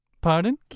Pardon